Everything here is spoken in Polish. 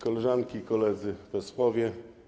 Koleżanki i Koledzy Posłowie!